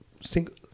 single